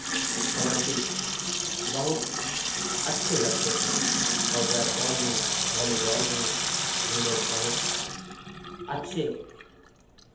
कबड्डी बहुत अच्छे लगते थे और बैट बॉल भी वॉलीबॉल भी हम लोग बहुत अच्छे